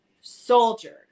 soldiers